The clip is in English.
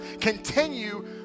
continue